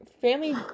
Family